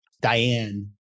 Diane